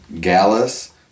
Gallus